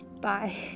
bye